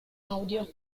audio